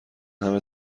همه